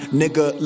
nigga